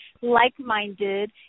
like-minded